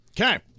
Okay